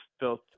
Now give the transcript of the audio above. built